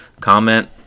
Comment